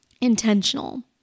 intentional